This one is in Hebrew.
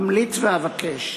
אמליץ ואבקש: